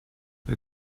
wir